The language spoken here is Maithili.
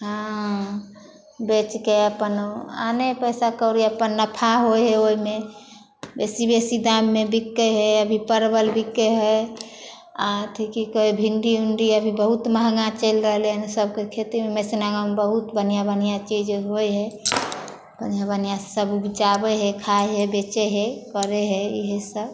हँ बेचके अपन आनै हइ पैसा कौड़ी अपन नफा होइ हइ ओहिमे बेसी बेसी दाममे बिकै हइ अभी परबल बिकै हइ आ अथी की कहे भिण्डी उण्डी अभी बहुत महङ्गा चैलि रहलै हन सबके खेतीमे बहुत बढ़िऑं बढ़िऑं चीज होय हइ बढ़िऑं बढ़िऑं सब उपजाबै हइ खाइ हइ बेचै हइ करऽ हइ इहे सब